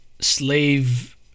Slave